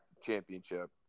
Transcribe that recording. Championship